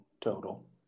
total